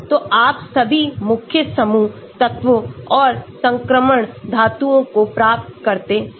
तो आप सभी मुख्य समूह तत्वों और संक्रमण धातुओं को प्राप्त करते हैं